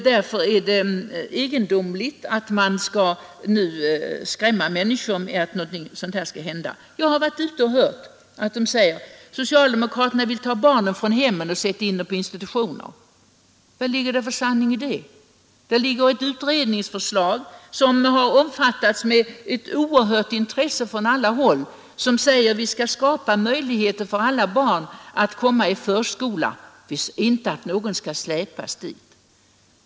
Därför är det egendomligt att man nu försöker skrämma människor med att detta kommer att bli följden av en ny äktenskapslagstiftning. Jag har hört folk som säger att socialdemokraterna vill ta barnen från hemmen och sätta in dem på institutioner. Vad ligger det för sanning i det? Det föreligger ett utredningsförslag, som omfattats med ett mycket stort intresse från alla håll, om att vi skall skapa möjligheter för alla barn att gå i förskola — inte att någon skall släpas dit.